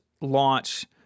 launch